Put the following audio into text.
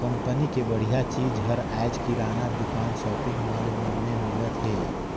company के बड़िहा चीज हर आयज किराना दुकान, सॉपिंग मॉल मन में मिलत हे